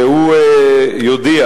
והוא יודיע